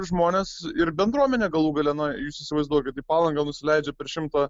žmonės ir bendruomenė galų gale na jūs įsivaizduokit į palangą nusileidžia per šimtą